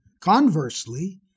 Conversely